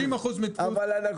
90% מן התחום,